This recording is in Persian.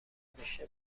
نداشته